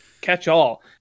catch-all